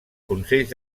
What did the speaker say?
consells